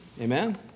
Amen